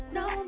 no